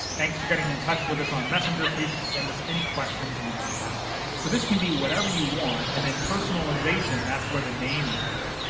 thanks for getting in touch with us on messenger. please send us any questions you may have. so this can be whatever you want and then personalization, that's where the name is there.